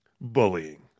bullying